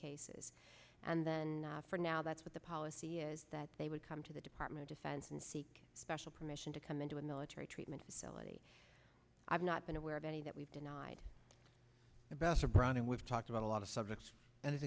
cases and then for now that's what the policy is that they would come to the department defense and seek special permission to come into a military treatment facility i've not been aware of any that we've denied ambassador braun and we've talked about a lot of subjects